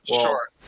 sure